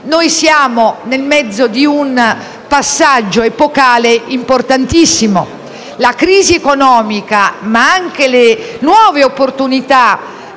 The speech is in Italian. che siamo nel mezzo di un passaggio epocale importantissimo. La crisi economica, ma anche le nuove opportunità